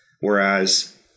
Whereas